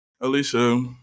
Alicia